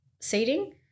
seating